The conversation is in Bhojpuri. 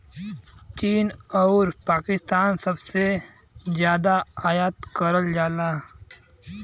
चीन आउर अमेरिका से सबसे जादा आयात करल जाला